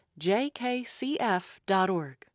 jkcf.org